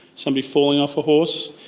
somebody falling off a horse,